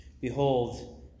behold